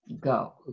Go